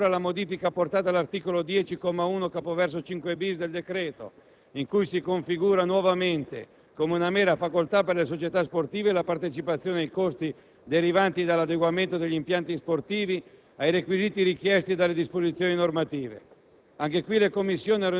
Desidero evidenziare ancora la modifica apportata all'articolo 10, comma 1, capoverso 5-*bis*, del decreto in cui si configura nuovamente come una mera facoltà per le società sportive la partecipazione ai costi derivanti dall'adeguamento degli impianti sportivi ai requisiti richiesti dalle disposizioni normative.